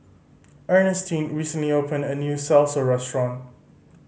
Earnestine recently opened a new Salsa Restaurant